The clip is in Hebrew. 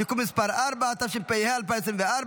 (תיקון מס' 4), התשפ"ה 2024,